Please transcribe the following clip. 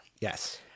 Yes